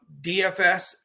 DFS